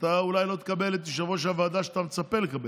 אתה אולי לא תקבל את יושב-ראש הוועדה שאתה מצפה לקבל.